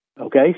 Okay